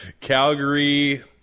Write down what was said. Calgary